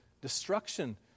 destruction